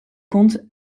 compte